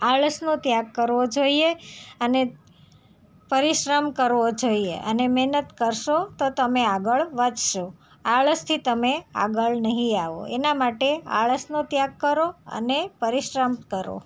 આળસનો ત્યાગ કરવો જોઈએ અને પરિશ્રમ કરવો જોઈએ અને મહેનત કરશો તો તમે આગળ વધસો આળસથી તમે આગળ નહીં આવો એના માટે આળસનો ત્યાગ કરો અને પરિશ્રમ કરો